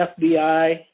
FBI